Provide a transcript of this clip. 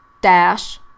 dash